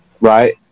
right